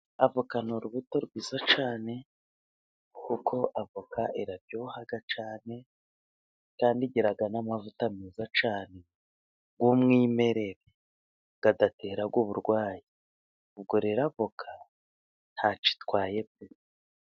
Avoka ni uru ubuto rwiza cyane kuko avoka iraryoha cyane kandi igira n'amavuta meza cyane y'umwimerere adaterara uburwayi, ubwo rero avoka ntacyo itwaye pe!